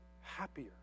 happier